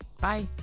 Bye